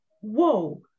whoa